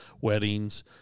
weddings